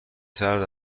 سرد